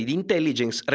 intelligence